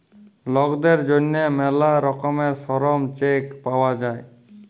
লকদের জ্যনহে ম্যালা রকমের শরম চেক পাউয়া যায়